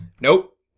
nope